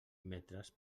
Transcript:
metres